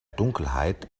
dunkelheit